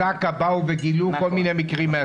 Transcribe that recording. וזק"א באו וגילו כל מיני מקרים מהסוג הזה.